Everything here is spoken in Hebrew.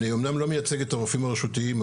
אני אומנם לא מייצג את הרופאים הרשותיים,